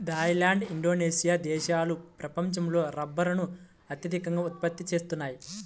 Thai land, Indonesia దేశాలు ప్రపంచంలో రబ్బరును అత్యధికంగా ఉత్పత్తి చేస్తున్నాయి